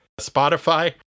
Spotify